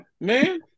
Man